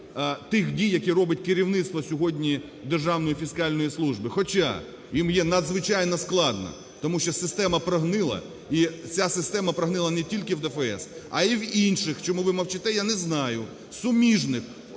тих дій, які робить керівництво сьогодні Державної фіскальної служби. Хоча їм є надзвичайно складно, тому що система прогнила, і ця система прогнила не тільки в ДФС, а й в інших – чому ви мовчите, я не знаю – суміжних